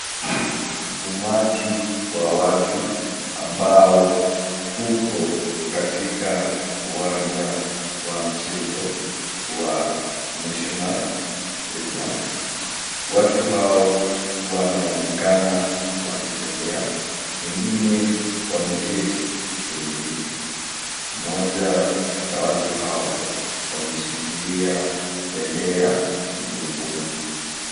Umati wa watu ambao upo katika uwanja wa mchezo wa Mishunar (cs) Stadium(cs). Watu hao wanaonekana wakitembea, wengine wameketi kwenye viti. Mmoja wa watu hao ameshikilia bendera mgongoni.